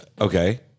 okay